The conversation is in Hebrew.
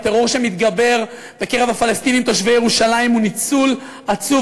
הטרור שמתגבר בקרב הפלסטינים תושבי ירושלים הוא ניצול עצוב,